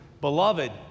Beloved